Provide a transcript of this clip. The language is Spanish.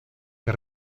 que